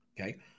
okay